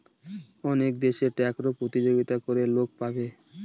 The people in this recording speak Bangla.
অনেক দেশে ট্যাক্সে প্রতিযোগিতা করে লোক পাবে